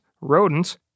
rodents